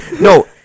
No